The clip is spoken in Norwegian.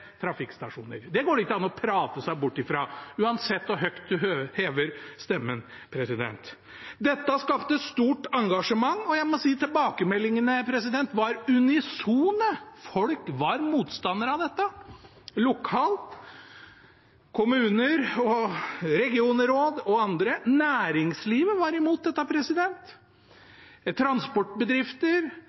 trafikkstasjoner. Det går det ikke an å prate seg bort fra, uansett hvor høyt en hever stemmen. Dette skapte stort engasjement, og jeg må si at tilbakemeldingene var unisone: Folk var motstandere av dette lokalt, i tillegg til kommuner, regionråd og andre. Næringslivet var imot det. Transportbedrifter,